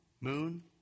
moon